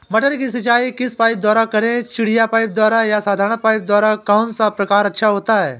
मटर की सिंचाई किस पाइप द्वारा करें चिड़िया पाइप द्वारा या साधारण पाइप द्वारा कौन सा प्रकार अच्छा होता है?